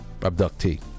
abductee